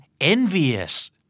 Envious